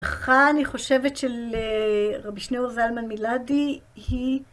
הלכה, אני חושבת, של רבי שניאור זלמן מלאדי היא